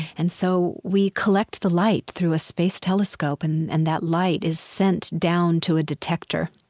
and so we collect the light through a space telescope and and that light is sent down to a detector,